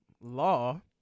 Law